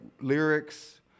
lyrics